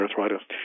arthritis